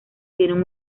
tienen